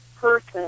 person